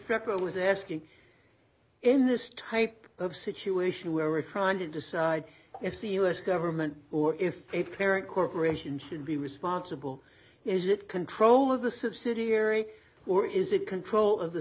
i was asking in this type of situation where we trying to decide if the us government or if a parent corporation should be responsible is it control of the subsidiary or is it control of the